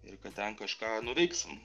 ir kad ten kažką nuveiksim